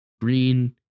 green